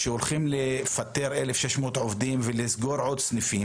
שהולכים לפטר 1,600 עובדים ולסגור עוד סניפים,